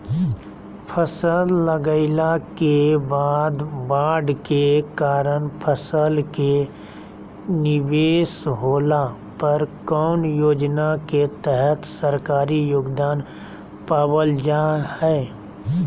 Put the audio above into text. फसल लगाईला के बाद बाढ़ के कारण फसल के निवेस होला पर कौन योजना के तहत सरकारी योगदान पाबल जा हय?